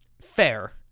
fair